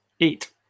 Eight